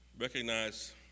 Recognize